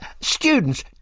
Students